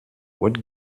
what